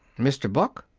mr. buck?